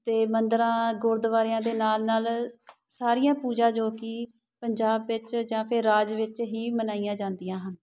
ਅਤੇ ਮੰਦਰਾਂ ਗੁਰਦੁਆਰਿਆਂ ਦੇ ਨਾਲ ਨਾਲ ਸਾਰੀਆਂ ਪੂਜਾ ਜੋ ਕਿ ਪੰਜਾਬ ਵਿੱਚ ਜਾਂ ਫਿਰ ਰਾਜ ਵਿੱਚ ਹੀ ਮਨਾਈਆਂ ਜਾਂਦੀਆਂ ਹਨ